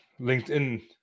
LinkedIn